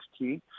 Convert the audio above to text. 16